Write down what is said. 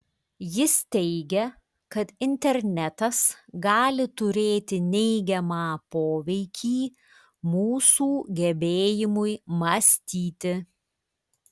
jis teigia kad internetas gali turėti neigiamą poveikį mūsų gebėjimui mąstyti